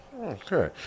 Okay